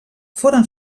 foren